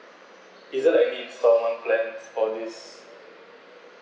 is there any installment plan for this